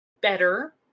better